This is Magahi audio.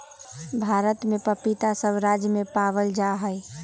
भारत में पपीता सब राज्य में पावल जा हई